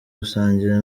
gusangira